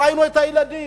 ראינו את הילדים.